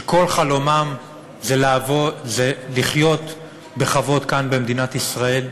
שכל חלומם זה לחיות בכבוד כאן במדינת ישראל,